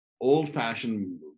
old-fashioned